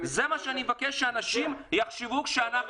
זה מה שאני מבקש שאנשים יחשבו כשאנחנו